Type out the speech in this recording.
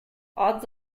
odds